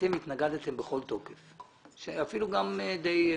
אתם התנגדתם בכל תוקף וזה אפילו די מובן.